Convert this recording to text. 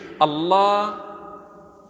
Allah